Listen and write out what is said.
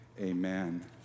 amen